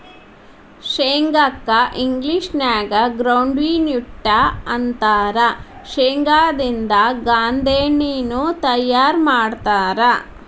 ಶೇಂಗಾ ಕ್ಕ ಇಂಗ್ಲೇಷನ್ಯಾಗ ಗ್ರೌಂಡ್ವಿ ನ್ಯೂಟ್ಟ ಅಂತಾರ, ಶೇಂಗಾದಿಂದ ಗಾಂದೇಣ್ಣಿನು ತಯಾರ್ ಮಾಡ್ತಾರ